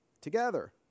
together